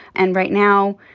and right now,